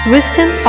Wisdom